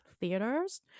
theaters